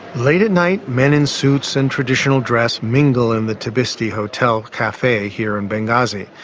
late at night, men in suits and traditional dress mingle in the tebisty hotel cafe here in benghazi.